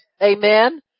Amen